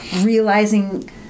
realizing